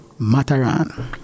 Mataran